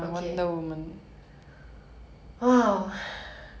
超级有力的女侠